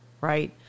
right